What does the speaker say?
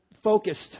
Focused